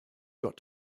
got